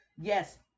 yes